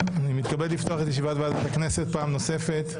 אני מתכבד לפתוח את ישיבת ועדת הכנסת פעם נוספת,